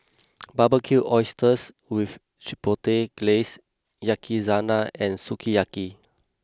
Barbecued Oysters with Chipotle Glaze Yakizakana and Sukiyaki